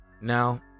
Now